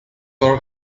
are